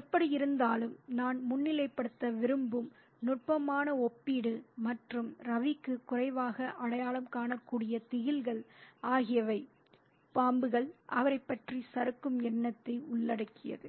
எப்படியிருந்தாலும் நான் முன்னிலைப்படுத்த விரும்பும் நுட்பமான ஒப்பீடு மற்றும் ரவிக்கு குறைவாக அடையாளம் காணக்கூடிய திகில்கள் ஆகியவை பாம்புகள் அவரைப் பற்றி சறுக்கும் எண்ணத்தை உள்ளடக்கியது